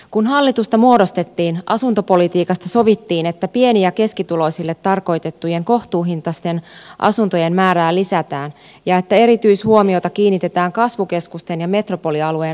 kun hallitusta muodostettiin asuntopolitiikasta sovittiin että pieni ja keskituloisille tarkoitettujen kohtuuhintaisten asuntojen määrää lisätään ja että erityishuomiota kiinnitetään kasvukeskusten ja metropolialueen asuntopolitiikkaan